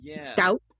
stout